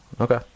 Okay